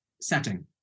setting